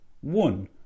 one